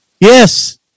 Yes